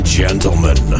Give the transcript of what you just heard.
gentlemen